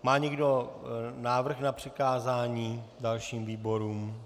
Má někdo návrh na přikázání dalším výborům?